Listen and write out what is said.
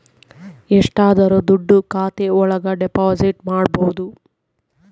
ಎಷ್ಟಾದರೂ ದುಡ್ಡು ಖಾತೆ ಒಳಗ ಡೆಪಾಸಿಟ್ ಮಾಡ್ಬೋದು